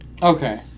Okay